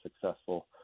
successful